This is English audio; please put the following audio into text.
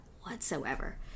Whatsoever